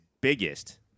biggest